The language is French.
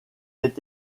est